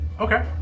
Okay